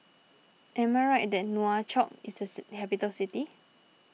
am I right that Nouakchott is a capital city